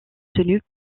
tenues